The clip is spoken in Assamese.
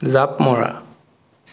জাপ মৰা